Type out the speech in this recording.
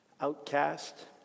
outcast